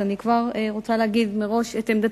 אז אני כבר רוצה להגיד מראש את עמדתי,